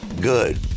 good